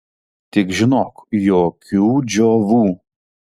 tik žinok jokių džiovų